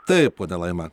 taip ponia laima